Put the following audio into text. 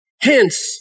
Hence